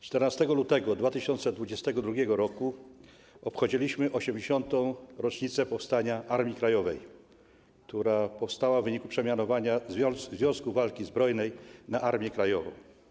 14 lutego 2022 r. obchodziliśmy 80. rocznicę powstania Armii Krajowej, która powstała w wyniku przemianowania Związku Walki Zbrojnej na Armię Krajową.